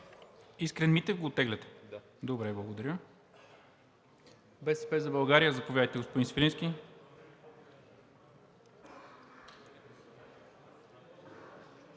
Искрен Митев го оттегляте? Добре, благодаря. „БСП за България“ – заповядайте, господин Свиленски.